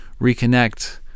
reconnect